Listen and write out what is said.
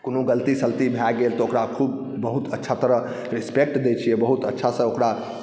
कोनो गलती सलती भए गेल तऽ ओकरा खूब अच्छा तरह रिसपेक्ट दैत छियै बहुत अच्छासँ ओकरा